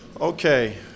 Okay